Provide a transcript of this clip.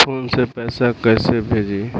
Phone से पैसा कैसे भेजी?